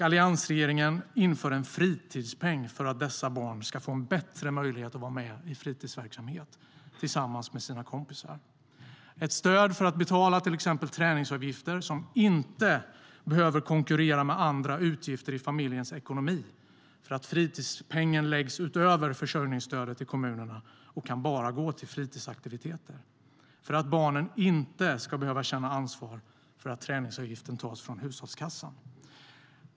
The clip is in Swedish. Alliansregeringen införde en fritidspeng för att dessa barn ska få bättre möjlighet att vara med i fritidsverksamhet tillsammans med sina kompisar. Det är ett stöd för att betala till exempel träningsavgifter och som inte behöver konkurrera med andra utgifter i familjens ekonomi. Fritidspengen läggs nämligen utöver försörjningsstödet i kommunerna och kan bara gå till fritidsaktiviteter. Tanken är att barnen inte ska behöva känna ansvar för att träningsavgiften tas från hushållskassan.